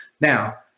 Now